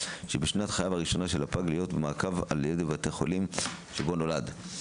שבשנת חייו הראשונה של הפג עליו להיות במעקב בבית החולים בו נולד.